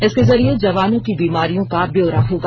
इसके जरिए जवानों की बीमारियों का ब्यौरा होगा